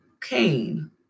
Cain